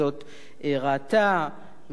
ראתה ורואה,